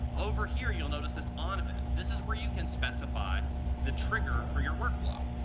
over here, you'll notice this on event. this is where you can specify the trigger for your workflow.